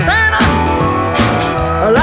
Santa